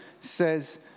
says